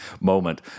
moment